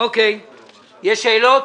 יש שאלות?